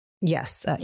Yes